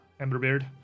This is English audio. Emberbeard